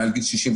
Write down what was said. מעל גיל 67,